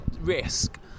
risk